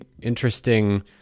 interesting